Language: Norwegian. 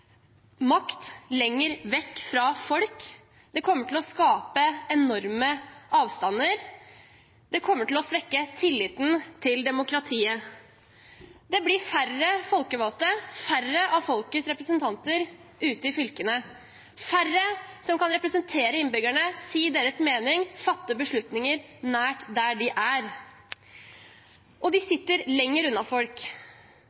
makt lenger vekk fra folk. Det kommer til å skape enorme avstander. Det kommer til å svekke tilliten til demokratiet. Det blir færre folkevalgte, færre av folkets representanter ute i fylkene, færre som kan representere innbyggerne, si deres mening, fatte beslutninger nær der de er. Og de